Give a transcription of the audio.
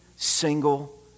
single